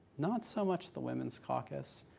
not so much the women's caucus.